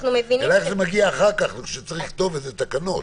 אליך זה מגיע אחר כך כשצריך לכתוב את התקנות.